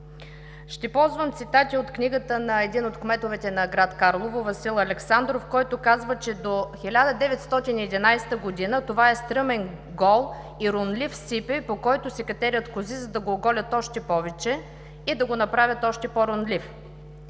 Ще ползвам цитати от книгата на един от кметовете на град Карлово – Васил Александров, който казва: „До 1911 г. това е стръмен, гол и ронлив сипей, по който се катерят кози, за да го оголят още повече и да го направят още по-ронлив“